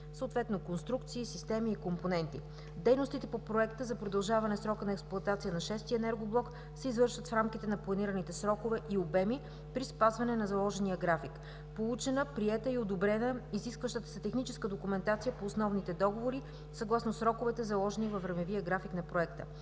съответно конструкции, системи и компоненти. Дейностите по проекта за продължаване срока на експлоатация на VІ-ти енергоблок се извършват в рамките на планираните срокове и обеми при спазване на заложения график. Получена, приета и одобрена е изискващата се техническа документация по основните договори съгласно сроковете заложени във времевия график на проекта.